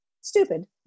stupid